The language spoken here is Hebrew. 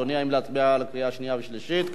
אדוני, האם להצביע בקריאה שלישית?